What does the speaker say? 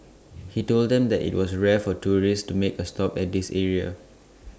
he told them that IT was rare for tourists to make A stop at this area